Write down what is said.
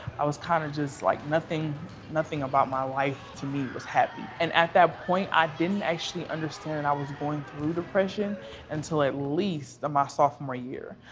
i was kind of just like, nothing nothing about my life to me was happy, and at that point i didn't actually understand and i was going through depression until at least my sophomore year.